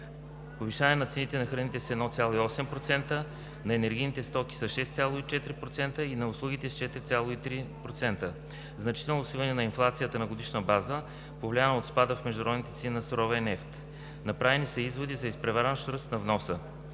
повишаване на цените на храните с 1,8%, на енергийните стоки с 6,4% и на услугите с 4,3%; значително свиване на инфлацията на годишна база, повлияно от спада в международните цени на суровия нефт. Направени са изводи за изпреварващ ръст на вноса.